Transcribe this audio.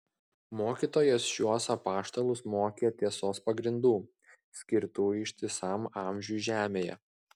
mokytojas šiuos apaštalus mokė tiesos pagrindų skirtų ištisam amžiui žemėje